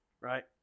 right